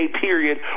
period